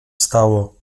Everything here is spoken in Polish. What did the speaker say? stało